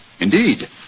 Indeed